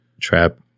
trap